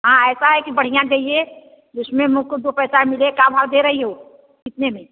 हाँ ऐसा है कि बढ़ियाँ चाहिए जिसमें मुझको दो पैसा मिले का भाव दे रही हो कितने में